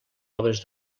obres